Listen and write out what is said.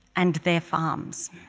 and their farms.